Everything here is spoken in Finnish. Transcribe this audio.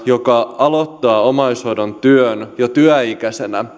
joka aloittaa omaishoidon työn jo työikäisenä